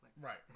Right